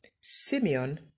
Simeon